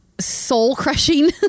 soul-crushing